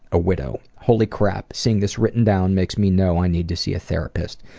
a widow. holy crap, seeing this written down makes me know i need to see a therapist.